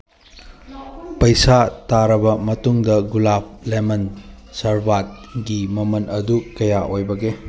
ꯄꯩꯁꯥ ꯇꯥꯔꯕ ꯃꯇꯨꯡꯗ ꯒꯨꯂꯥꯞ ꯂꯦꯃꯟ ꯁꯔꯕꯥꯠꯒꯤ ꯃꯃꯟ ꯑꯗꯨ ꯀꯌꯥ ꯑꯣꯏꯕꯒꯦ